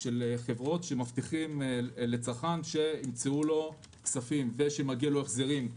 של חברות שמבטיחות לצרכן שימצאו לו כספים ושמגיע לו החזרים,